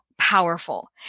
powerful